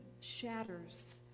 shatters